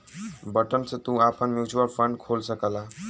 button से तू आपन म्युचुअल फ़ंड खोल सकला